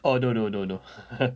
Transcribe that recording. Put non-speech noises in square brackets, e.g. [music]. oh no no no no [laughs]